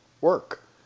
work